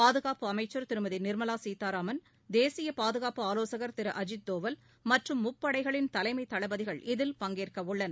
பாதுகாப்பு அமைச்சர் திருமதிநிர்மவாசீதாராமன் தேசியபாதுகாப்பு ஆவோசகர் திருஅஜித் தோவல் மற்றும் முப்படைகளின் தலைமைதளபதிகள் இதில் பங்கேற்கஉள்ளனர்